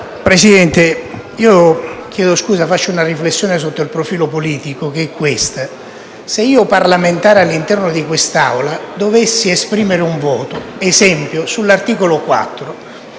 Presidente, faccio una riflessione sotto il profilo politico. Se io, parlamentare, all'interno di quest'Aula, dovessi esprimere un voto, ad esempio sull'articolo 4,